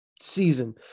season